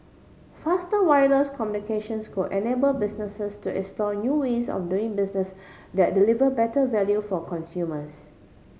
faster wireless communications could enable businesses to explore new ways of doing business that deliver better value for consumers